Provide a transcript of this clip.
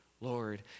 Lord